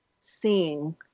seeing